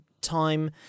time